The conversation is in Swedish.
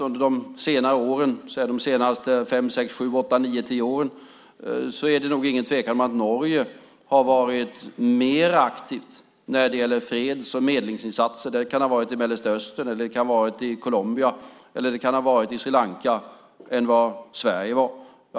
Under de senaste 5-10 åren är det ingen tvekan om att Norge har varit mer aktivt när det gäller freds och medlingsinsatser - till exempel i Mellanöstern, Colombia och Sri Lanka - än vad Sverige har varit.